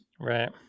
Right